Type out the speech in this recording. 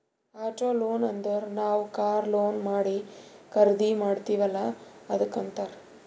auto loan ಅಂದುರ್ ನಾವ್ car loan ಮಾಡಿ ಖರ್ದಿ ಮಾಡ್ತಿವಿ ಅಲ್ಲಾ ಅದ್ದುಕ್ ಅಂತ್ತಾರ್